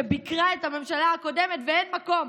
שביקרה את הממשלה הקודמת, ואין מקום.